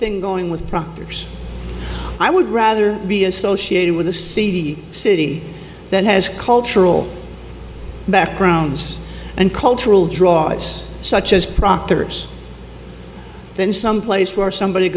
thing going with proctors i would rather be associated with a cd city that has cultural backgrounds and cultural draw it's such as proctors than someplace where somebody